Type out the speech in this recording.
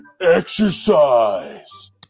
exercise